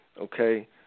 okay